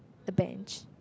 the bench